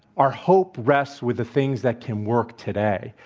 our hope rests with the things that can work today,